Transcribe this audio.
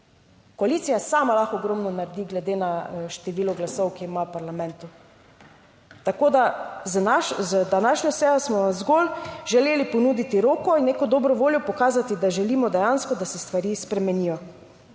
koalicija sama lahko ogromno naredi glede na število glasov, ki ima v parlamentu. Tako da z današnjo sejo smo zgolj želeli ponuditi roko in neko dobro voljo pokazati, da želimo dejansko, da se stvari spremenijo.